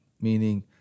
meaning